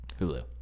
Hulu